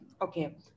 Okay